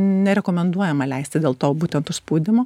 nerekomenduojama leisti dėl to būtent užspaudimo